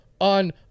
on